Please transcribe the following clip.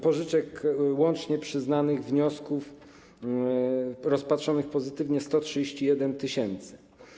Pożyczek łącznie przyznanych, wniosków rozpatrzonych pozytywnie jest 131 tys.